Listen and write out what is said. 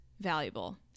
valuable